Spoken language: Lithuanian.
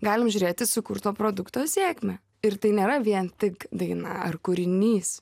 galim žiūrėti sukurto produkto sėkmę ir tai nėra vien tik daina ar kūrinys